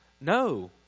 No